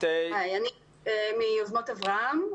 אני מ"יוזמות אברהם".